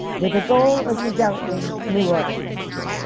with a goal of developing new audiences.